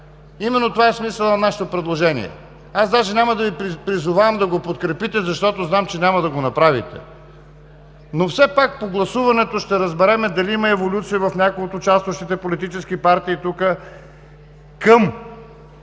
Именно това е смисълът на нашето предложение. Аз даже няма да Ви призовавам да го подкрепите, защото знам, че няма да го направите, но все пак по гласуването ще разберем дали има еволюция в някои от участващите политически партии тук към